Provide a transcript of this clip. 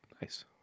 Nice